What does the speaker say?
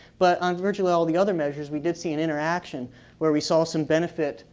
but on virtually all of the other measures, we did see an interaction where we saw some benefit,